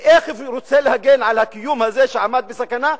ואיך הוא רוצה להגן על הקיום הזה שעמד בסכנה?